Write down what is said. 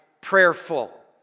prayerful